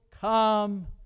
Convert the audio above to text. come